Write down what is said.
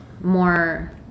more